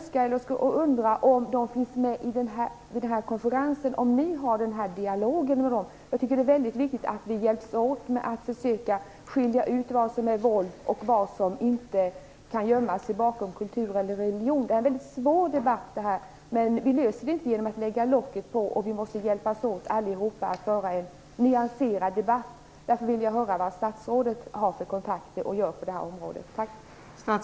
Jag undrar om de finns med i den här konferensen. Har ni en dialog med dem? Jag tycker att det är väldigt viktigt att vi hjälps åt med att försöka urskilja vad som är våld och vad som inte kan gömma sig bakom kultur och religion. Det är en väldigt svår debatt, men vi löser inte det här genom att lägga locket på. Vi måste alla hjälpas åt att föra en nyanserad debatt. Därför vill jag höra vad statsrådet har för kontakter och vad han gör på det här området.